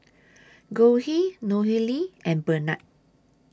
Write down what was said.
Goldie Nohely and Bernard